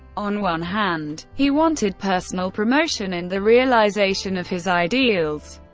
on one hand, he wanted personal promotion and the realization of his ideals.